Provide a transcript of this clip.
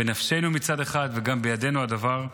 בנפשנו מצד אחד, וגם בידינו הדבר.